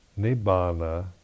Nibbana